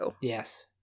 Yes